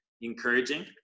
encouraging